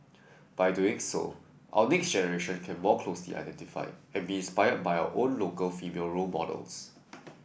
by doing so our next generation can more closely identify and be inspired by our own local female role models